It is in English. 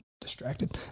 distracted